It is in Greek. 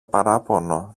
παράπονο